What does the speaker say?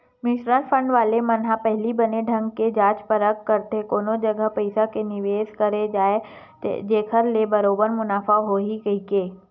mutual fund वाले मन ह पहिली बने ढंग ले जाँच परख करथे कोन जघा पइसा के निवेस करे जाय जेखर ले बरोबर मुनाफा होही कहिके